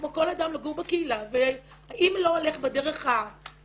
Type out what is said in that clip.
כמו כל אדם לגור בקהילה ואם לא הולך בדרך הגישורית,